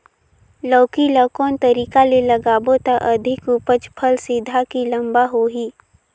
लौकी ल कौन तरीका ले लगाबो त अधिक उपज फल सीधा की लम्बा होही?